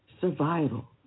survival